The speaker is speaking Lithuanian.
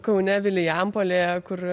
kaune vilijampolėje kur